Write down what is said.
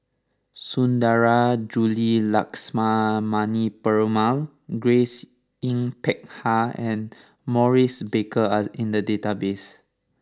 Sundarajulu Lakshmana Perumal Grace Yin Peck Ha and Maurice Baker are in the database